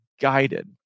guided